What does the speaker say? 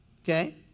Okay